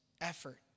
effort